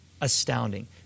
astounding